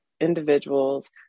individuals